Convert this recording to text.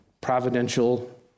providential